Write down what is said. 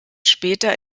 später